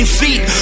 feet